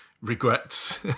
regrets